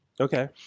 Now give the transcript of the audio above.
Okay